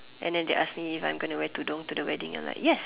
and then they ask me if I'm going to wear Tudong to the wedding and like yes